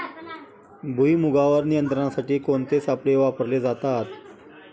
भुईमुगावर नियंत्रणासाठी कोणते सापळे वापरले जातात?